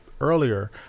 earlier